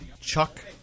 Chuck